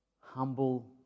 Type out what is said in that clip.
Humble